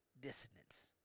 dissonance